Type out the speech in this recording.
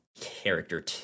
character